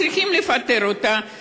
צריכים לפטר אותה,